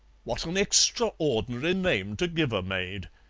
what an extraordinary name to give a maid!